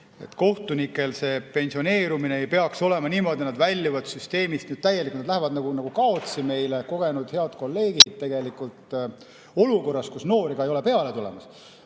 kohtunike pensioneerumine ei peaks olema niimoodi, et nad väljuvad süsteemist täielikult, nad lähevad kaotsi meile, kogenud ja head kolleegid tegelikult. Seda olukorras, kus noori ei ole peale tulemas.